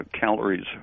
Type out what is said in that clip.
calories